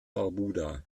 barbuda